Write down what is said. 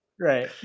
Right